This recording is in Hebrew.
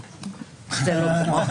ויש לו תוכנית בשלבים,